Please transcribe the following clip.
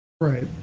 Right